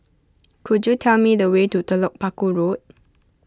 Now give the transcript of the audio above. could you tell me the way to Telok Paku Road